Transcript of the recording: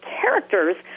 characters